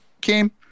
came